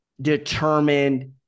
determined